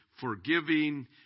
forgiving